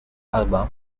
album